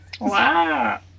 wow